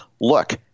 look